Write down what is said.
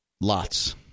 Lots